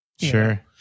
sure